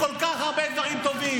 תנשום.